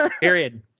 Period